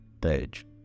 Page